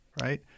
right